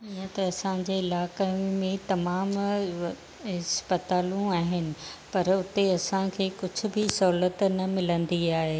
ईअं त असांजे इलाकनि में तमामु इस्पतालूं आहिनि पर उते असांखे कुझु बि सहुलियतु न मिलंदी आहे